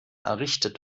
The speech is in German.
errichtet